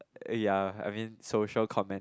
ya I mean social comment